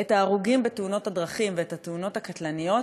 את מספר ההרוגים בתאונות הדרכים ואת מספר התאונות הקטלניות,